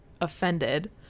offended